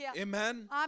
Amen